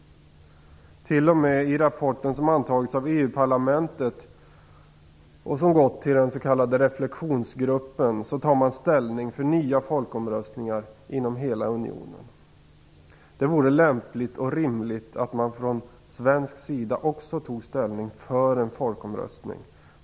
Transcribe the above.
Till och med i rapporten som antagits av EU-parlamentet och som gått till den s.k. reflexionsgruppen så tar man ställning för nya folkomröstningar inom hela unionen. Det vore lämpligt och rimligt att man från svensk sida också tog ställning för en folkomröstning.